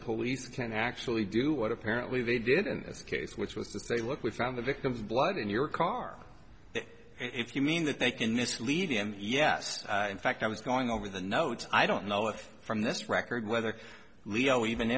police can't actually do what apparently they did and it's a case which was to say look we found the victim's blood in your car if you mean that they can mislead him yes in fact i was going over the notes i don't know if from this record whether leo even